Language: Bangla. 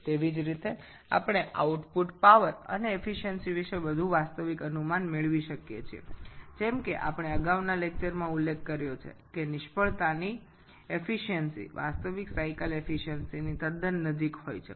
একইভাবে আমরা উৎপাদিত শক্তি এবং দক্ষতা সম্পর্কে আরও বাস্তব ধারণা পেতে পারি যেমন আমরা পূর্ববর্তী আলোচনায় উল্লেখ করেছি যে ব্যর্থ হওয়ার দক্ষতা প্রকৃত চক্র দক্ষতার বেশ কাছাকাছি হতে পারে